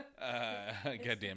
Goddamn